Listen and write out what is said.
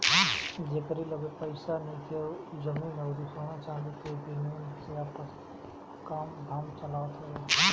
जेकरी लगे पईसा नइखे उ जमीन अउरी सोना चांदी के विनिमय से आपन काम धाम चलावत हवे